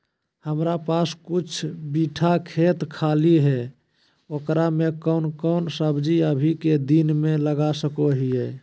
हमारा पास कुछ बिठा खेत खाली है ओकरा में कौन कौन सब्जी अभी के दिन में लगा सको हियय?